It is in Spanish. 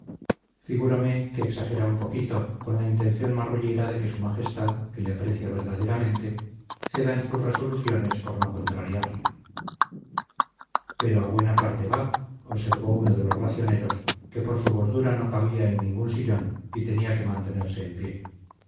alifafe figúrome que exagera un poquito con la intención marrullera de que su majestad que le aprecia verdaderamente ceda en sus resoluciones por no contrariarle pero a buena parte va observó uno de los racioneros que por su gordura no cabía en ningún sillón y tenía que mantenerse en pie